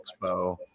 Expo